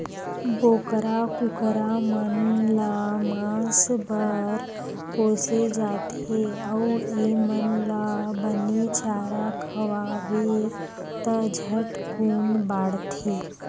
बोकरा, कुकरा मन ल मांस बर पोसे जाथे अउ एमन ल बने चारा खवाबे त झटकुन बाड़थे